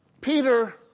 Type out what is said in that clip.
Peter